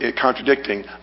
contradicting